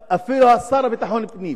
אפילו השר לביטחון פנים